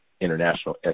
international